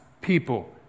people